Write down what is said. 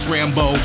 Rambo